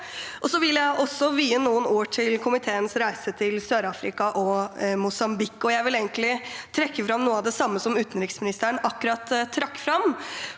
Jeg vil også vie noen ord til komiteens reise til SørAfrika og Mosambik. Jeg vil egentlig trekke fram noe av det samme utenriksministeren trakk fram,